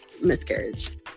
miscarriage